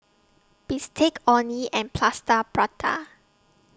Bistake Orh Nee and Plaster Prata